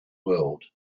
world